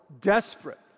desperate